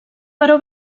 però